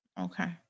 Okay